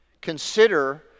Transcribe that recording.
consider